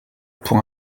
pour